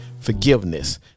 Forgiveness